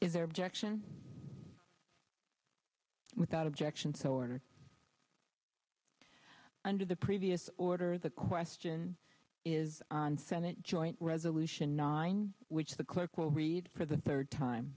is there objection without objection so ordered under the previous order the question is on senate joint resolution nine which the clerk will read for the third time